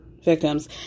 victims